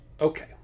Okay